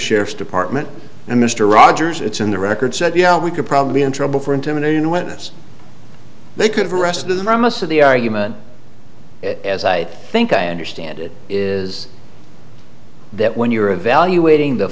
sheriff's department and mr rogers it's in the record said yeah we could probably be in trouble for intimidating witnesses they could have arrested the most of the argument as i think i understand it is that when you're evaluating the